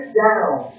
down